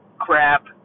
crap